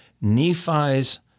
Nephi's